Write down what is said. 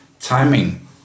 timing